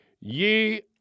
ye